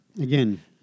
again